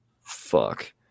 Fuck